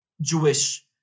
Jewish